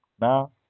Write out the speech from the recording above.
now